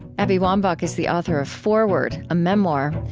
abby wambach is the author of forward a memoir.